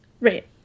Right